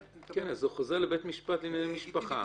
כן, זה חוזר לבית משפט לענייני משפחה.